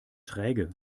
träge